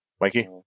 Mikey